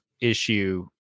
issue